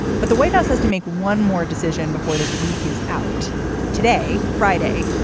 but the white house has to make one more decision before this week is out today friday.